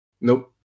Nope